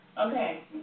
Okay